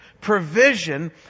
Provision